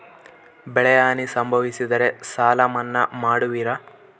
ಬೆಳೆಹಾನಿ ಸಂಭವಿಸಿದರೆ ಸಾಲ ಮನ್ನಾ ಮಾಡುವಿರ?